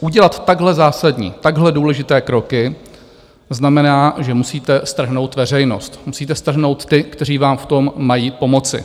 Udělat takhle zásadní, takhle důležité kroky znamená, že musíte strhnout veřejnost, musíte strhnout ty, kteří vám v tom mají pomoci.